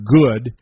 good